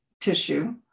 tissue